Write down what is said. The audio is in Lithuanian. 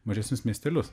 mažesnius miestelius